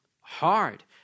hard